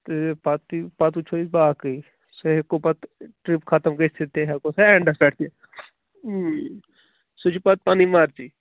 تہٕ پتہِ پتہٕ وٕچھُو أسۍ باقٕے سُہ ہٮ۪کو پتہٕ ٹٕرپ ختٕم گٔژھتھ تہِ ہٮ۪کو سَہ اٮ۪نٛڈس پٮ۪ٹھ تہِ سُہ چھِ پتہٕ پنٕںۍ مرضی